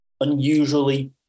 unusually